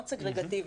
היא מאוד סגרגטיבית.